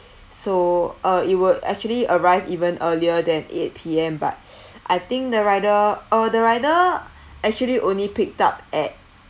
so uh it would actually arrive even earlier than eight P_M but I think the rider uh the rider actually only picked up at